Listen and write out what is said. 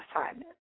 assignment